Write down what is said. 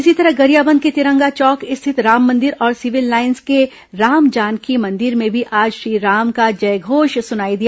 इसी तरह गरियाबंद के तिरंगा चौक स्थित राम मंदिर और सिविल लाइन के राम जानकी मंदिर में भी आज श्रीराम का जयघोष सुनाई दिया